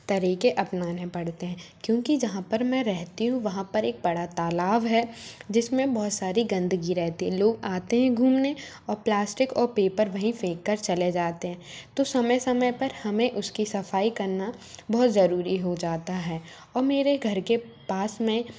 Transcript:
तरीक़े अपनाने पड़ते हैं क्योंकि जहाँ पर मैं रहेती हूँ वहाँ पर एक बड़ा तालाब है जिस में बहुत सारी गंदगी रहेती है लोग आते हैं घूमने और प्लास्टिक और पेपर वहीं फेंक कर चले जाते हैं तो समय समय पर हमें उसकी सफ़ाई करना बहुत ज़रूरी हो जाता है और मेरे घर के पास में